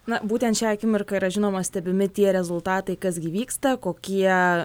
na būtent šią akimirką yra žinoma stebimi tie rezultatai kas gi vyksta kokie